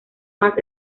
más